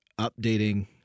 updating